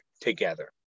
together